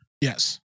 Yes